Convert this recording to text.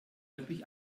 wirklich